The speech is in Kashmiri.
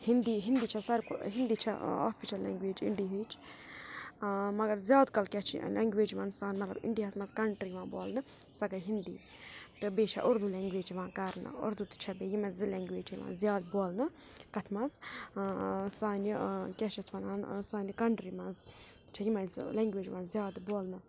ہِندی ہِندی چھےٚ ساروی کھۄ ہِندی چھےٚ آفِشَل لینٛگویج اِنڈیِہِچ مگر زیادٕ کَلہٕ کیٛاہ چھِ لینٛگویج یِوان سان مَگَر اِنڈیاہَس منٛز کَنٹرٛی یِوان بولنہٕ سۄ گٔے ہِندی تہٕ بیٚیہِ چھےٚ اُردو لینٛگویج یِوان کَرنہٕ اُردو تہِ چھےٚ بیٚیہِ یِمَے زٕ لینٛگویج یِوان زیادٕ بولنہٕ کَتھ منٛز سانہِ کیٛاہ چھِ اَتھ وَنان سانہِ کَنٹرٛی منٛز چھےٚ یِمَے زٕ لینٛگویج یِوان زیادٕ بولنہٕ